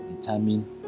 determine